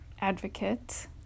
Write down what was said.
advocate